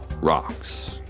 rocks